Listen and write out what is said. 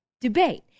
debate